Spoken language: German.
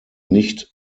nicht